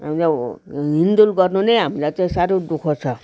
हामीलाई हिँड्डुल गर्नु नै हामीलाई चाहिँ साह्रो दुःख छ